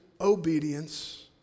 obedience